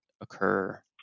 occur